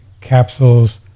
Capsules